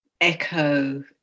echo